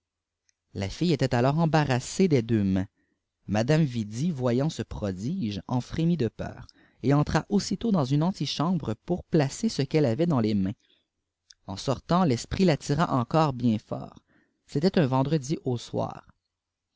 la fille était alors embantôsée des deux mains madame yidi voyant ce prodige en jfrémii de peur et itra aussitôt dans un antiobapibine pour placer ce qpelle avait dans les mains en sortant l'esprit la tûra encorde bien fort c'était un vendredi au cnr